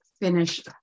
Finish